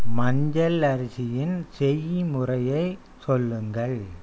மஞ்சள் அரிசியின் செய்முறையை சொல்லுங்கள்